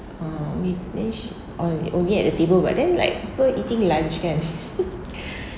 oh wait then she on only at the table but then like people eating lunch kan